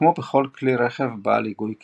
כמו בכל כלי רכב בעלי היגוי קדמי.